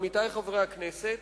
עמיתי חברי הכנסת,